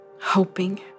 hoping